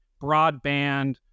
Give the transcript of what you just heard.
broadband